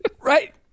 right